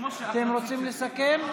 אה, אתם רוצים לסכם?